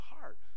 heart